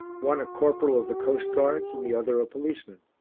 one a corporal of the coastguards and the other a policeman.